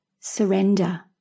surrender